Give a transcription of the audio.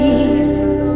Jesus